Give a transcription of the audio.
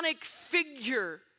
figure